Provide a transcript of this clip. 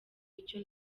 icyo